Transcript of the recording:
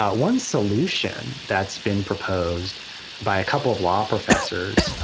ah one solution that's been proposed by a couple of law professors,